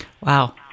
Wow